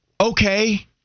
okay